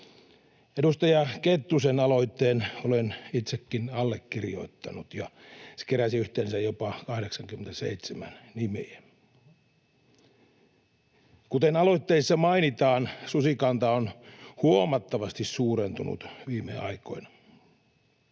Edustaja Kettusen aloitteen olen itsekin allekirjoittanut, ja se keräsi yhteensä jopa 87 nimeä. Kuten aloitteissa mainitaan, susikanta on huomattavasti suurentunut viime aikoina.